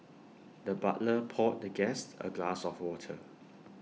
the butler poured the guest A glass of water